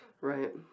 Right